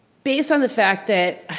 based on the fact that,